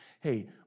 hey